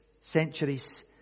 centuries